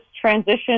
transition